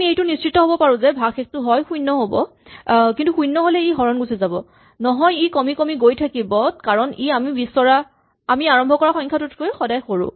আমি এইটো নিশ্চিত হ'ব পাৰো যে ভাগশেষটো হয় শূণ্য হ'ব কিন্তু শূণ্য হ'লে ই হৰণ গুচি যাব নহয় ই কমি কমি গৈ থাকিব কাৰণ ই আমি আৰম্ভ কৰা সংখ্যাটোতকৈ সদায় সৰু